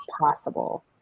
possible